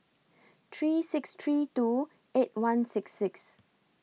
three six three two eight one six six